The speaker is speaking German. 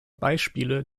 beispiele